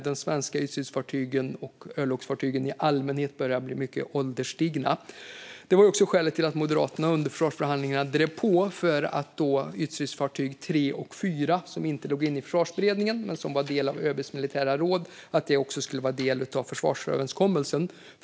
De svenska ytstridsfartygen och örlogsfartygen i allmänhet börjar bli mycket ålderstigna. Det var också skälet till att Moderaterna under försvarsförhandlingarna drev på för att ytstridsfartyg tre och fyra, som inte låg i Försvarsberedningen men som var del av ÖB:s militära råd, också skulle vara en del av försvarsöverenskommelsen.